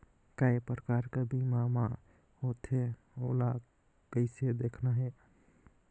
काय प्रकार कर बीमा मा होथे? ओला कइसे देखना है?